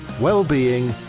well-being